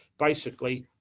basically